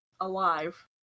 Alive